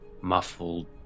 muffled